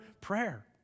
prayer